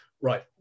right